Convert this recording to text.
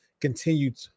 continued